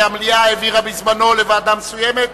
כי המליאה העבירה בזמנו לוועדה מסוימת,